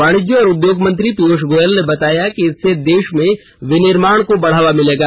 वाणिज्य और उद्योग मंत्री पीयूष गोयल ने बताया कि इससे देश में विनिर्माण को बढ़ावा मिलेगा